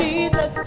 Jesus